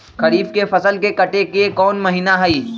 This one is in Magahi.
खरीफ के फसल के कटे के कोंन महिना हई?